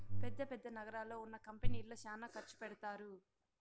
పెద్ద పెద్ద నగరాల్లో ఉన్న కంపెనీల్లో శ్యానా ఖర్చు పెడతారు